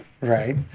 Right